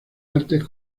artes